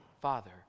Father